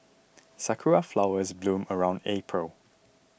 sakura flowers bloom around April